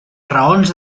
raons